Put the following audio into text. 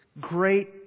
great